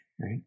right